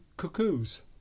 cuckoos